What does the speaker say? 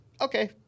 okay